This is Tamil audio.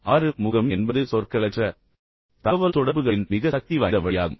ஆறு முகம் என்பது சொற்களற்ற தகவல்தொடர்புகளின் மிக சக்திவாய்ந்த வழியாகும்